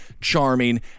charming